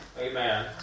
Amen